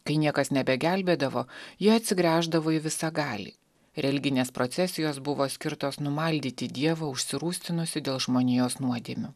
kai niekas nebegelbėdavo jie atsigręždavo į visagalį religinės procesijos buvo skirtos numaldyti dievą užsirūstinusį dėl žmonijos nuodėmių